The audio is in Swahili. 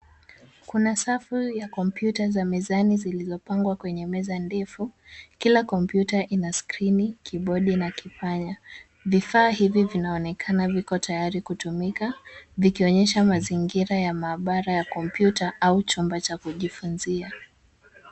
Kuna safu ya kompyuta za mezani zilizopangwa kwenye meza ndefu. Kila kompyuta ina skrini, kibodi na kipanya. Vifaa hivi vinaonekana viko tayari kutumika vikionyesha mazingira ya maabara ya kompyuta au chumba cha kujifunzia.